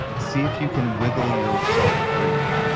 see if you can wiggle yourself free,